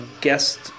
guest